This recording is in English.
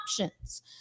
options